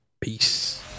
Peace